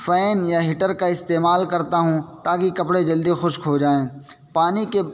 fan یا heater کا استعمال کرتا ہوں تاکہ کپڑے جلدی خشک ہو جائیں پانی کے